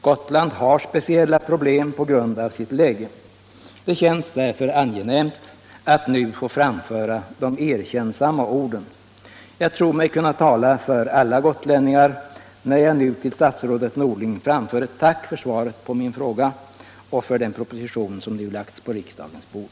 Gotland har speciella problem på grund av sitt läge. Det känns därför angenämt att nu få framföra de erkännsamma orden. Jag tror mig kunna tala för alla gotlänningar när jag till statsrådet Norling framför ett tack för svaret på min fråga och för den proposition som lagts på riksdagens bord.